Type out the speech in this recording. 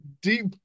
deep –